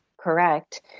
correct